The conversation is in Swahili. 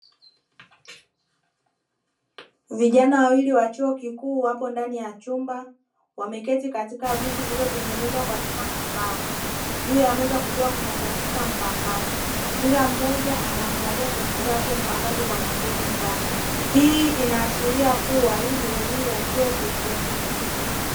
Vijana wawili wa chuo kikuu wapo ndani ya chumba wameketi katika viti vilivyotengenezwa kwa chuma na mbao, juu ya meza kukiwa kuna kompyuta mpakato kila mmoja anaangalia kompyuta yake mpakato kwa makini sana, hii inaashiria kuwa hii ni elimu ya chuo kikuu.